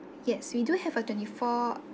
yes we do have a twenty four